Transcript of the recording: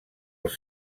els